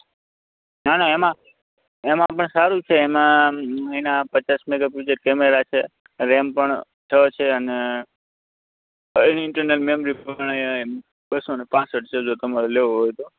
ના ના M I પણ સારું જ છે એમાં પચાસ મેગાપિક્સલ કેમેરા છે રેમ પણ છ છે અને એની ઇન્ટરનલ મેમરી પણ બસોને પાંસઠ છે જો તમારે લેવો હોય તો